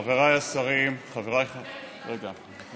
חבריי השרים, חבריי, רגע.